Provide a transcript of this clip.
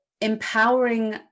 empowering